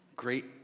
great